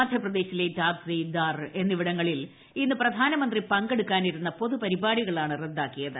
മധ്യപ്രദേശിലെ ഇറ്റാർസി ദാർ എന്നിവിടങ്ങളിൽ ഇന്ന് പ്രധാനമന്ത്രി പങ്കെടുക്കാനിരുന്ന പൊതുപരിപാടികളാണ് റദ്ദാക്കിയത്